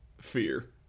fear